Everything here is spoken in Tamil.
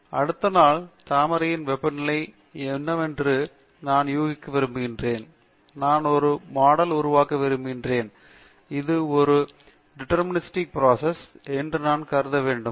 அடுத்த நாள் தாமரையின் வெப்பநிலை என்னவென்று நான் யூகிக்க விரும்புகிறேன் நான் ஒரு மாடலை உருவாக்க விரும்புகிறேன் இது ஒரு டீடெர்மினிஸ்டிக் ப்ரோசஸ் என்று நான் கருத வேண்டுமா